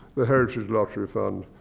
the heritage lottery fund,